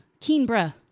Keenbra